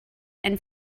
and